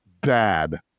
bad